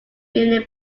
million